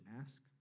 ask